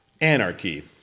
anarchy